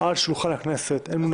על שולחן הכנסת.